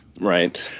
Right